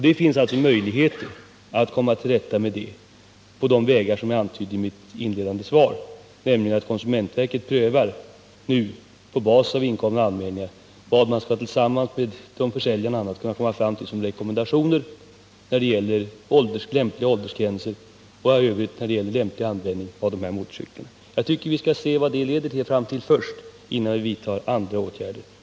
Det finns alltså möjligheter att komma till rätta med det på de vägar som jag antydde i mitt inledande anförande, nämligen genom att konsumentverket nu på basis av inkomna anmälningar och tillsammans med bl.a. återförsäljare prövar vilka rekommendationer man kan komma fram till när det gäller lämpliga åldersgränser och användning av dessa motorcyklar. Jag tycker att vi skall se vad detta leder till i en framtid innan vi vidtar ytterligare åtgärder.